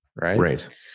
right